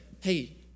hey